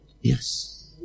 Yes